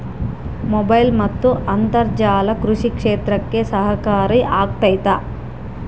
Mobile ಮತ್ತು ಅಂತರ್ಜಾಲ ಕೃಷಿ ಕ್ಷೇತ್ರಕ್ಕೆ ಸಹಕಾರಿ ಆಗ್ತೈತಾ?